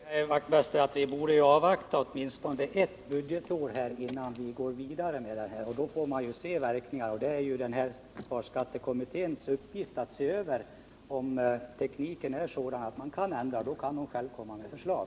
Herr talman! Vi borde, Knut Wachtmeister, avvakta åtminstone ett budgetår innan vi går vidare, så att vi kan se verkningarna av nuvarande system. Det är lönspardelegationens uppgift att se över om tekniken är sådan att man kan ändra i systemen. Om så är fallet, kan delegationen komma med förslag.